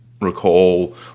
recall